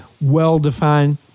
well-defined